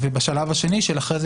ובשלב השני אחרי הזה,